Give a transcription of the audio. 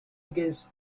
against